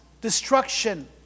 destruction